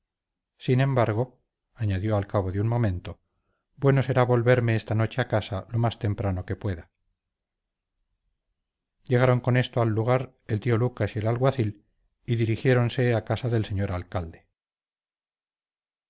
sin embargo añadió al cabo de un momento bueno será volverme esta noche a casa lo más temprano que pueda llegaron con esto al lugar el tío lucas y el alguacil dirigiéndose a casa del señor alcalde